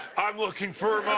i'm looking for